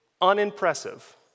unimpressive